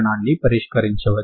Edt గా వ్రాయవచ్చు